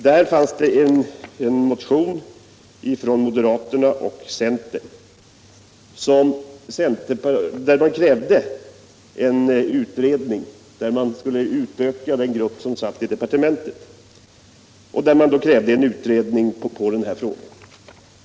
Där behandlades en motion från moderaterna och centern med krav om utökning av den grupp som finns i departementet, och man krävde vidare en utredning av den här frågan.